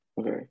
Okay